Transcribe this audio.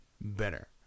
better